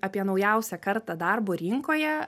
apie naujausią kartą darbo rinkoje